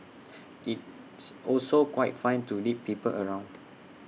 it's also quite fun to lead people around